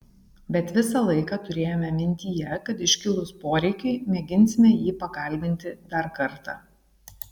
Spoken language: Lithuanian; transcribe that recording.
bet visą laiką turėjome mintyje kad iškilus poreikiui mėginsime jį pakalbinti dar kartą